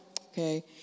Okay